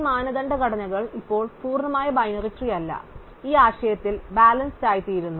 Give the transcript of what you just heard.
ഈ മാനദണ്ഡ ഘടനകൾ ഇപ്പോൾ പൂർണ്ണമായ ബൈനറി ട്രീ അല്ല ഈ ആശയത്തിൽ ബാലൻസ്ഡ് അയിത്തീരുന്നു